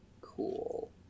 Cool